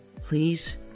Please